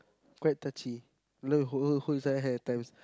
quite touchy love hold holds his hair all times